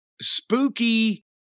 spooky